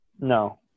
No